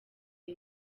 iyi